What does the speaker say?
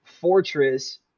fortress